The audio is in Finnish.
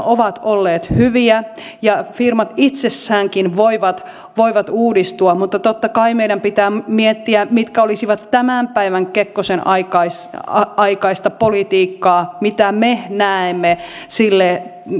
ovat olleet hyviä ja firmat itsessäänkin voivat voivat uudistua mutta totta kai meidän pitää miettiä mitkä olisivat tämän päivän kekkosen aikaista aikaista politiikkaa mitä me näemme